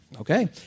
Okay